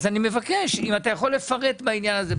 אני מבקש, האם אתה יכול לפרט בעניין הזה?